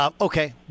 Okay